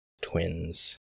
twins